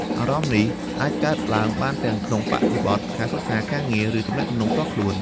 អារម្មណ៍នេះអាចកើតឡើងបានទាំងក្នុងបរិបទការសិក្សា ការងារ ឬទំនាក់ទំនងផ្ទាល់ខ្លួន។